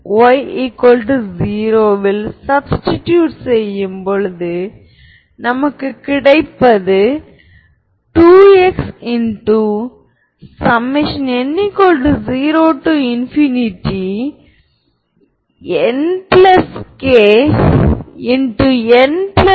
ஒரு சமச்சீரான அணி வழிமுறையாக இருந்தால் ஹெர்மிட்டியன்னாக இருக்கிறது இதனால் உண்மையான உள்ளீடுகளை AATA கொண்டுள்ளது